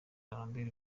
albert